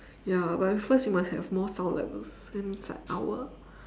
ya but first you must have more sound levels inside our